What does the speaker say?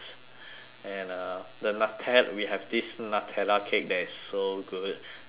and uh the nute~ we have this nutella cake that is so good that's like